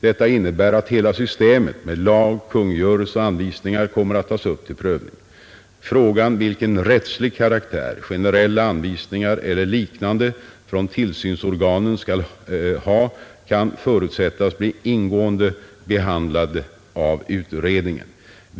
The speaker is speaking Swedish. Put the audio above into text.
Detta innebär att hela systemet med lag, kungörelse och anvisningar kommer att tas upp till prövning. Frågan vilken rättslig karaktär generella anvisningar eller liknande från tillsynsorganen skall ha kan förutsättas bli ingående behandlad av utredningen.